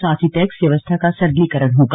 साथ ही टैक्स व्यवस्था का सरलीकरण होगा